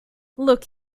look